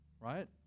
right